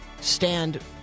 stand